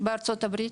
בארצות הברית.